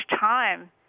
time